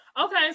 Okay